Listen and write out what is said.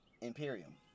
Imperium